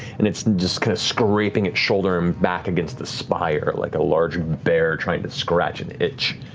and it's just scraping its shoulder um back against the spire, like a large bear trying to scratch an itch.